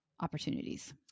opportunities